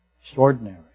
Extraordinary